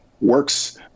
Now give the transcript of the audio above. works